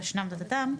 התשע"ב',